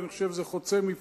אני חושב, זה חוצה מפלגות.